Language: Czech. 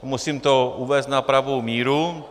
Musím to uvést na pravou míru.